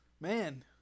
Man